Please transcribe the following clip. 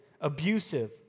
Abusive